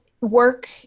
work